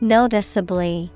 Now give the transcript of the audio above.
Noticeably